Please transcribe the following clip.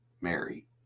Mary